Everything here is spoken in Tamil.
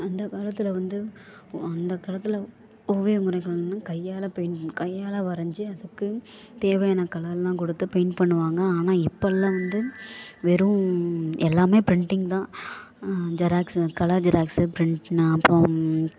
அந்த காலத்தில் வந்து ஒ அந்த காலத்தில் ஓவிய முறைகள்னால் கையால் பெயிண்ட் கையால் வரைஞ்சி அதுக்கு தேவையான கலரெலாம் கொடுத்து பெயிண்ட் பண்ணுவாங்க ஆனால் இப்பெலாம் வந்து வெறும் எல்லாமே ப்ரிண்டிங் தான் ஜெராக்ஸ்ஸு கலர் ஜெராக்ஸ்ஸு ப்ரிண்ட்னால் அப்புறோம்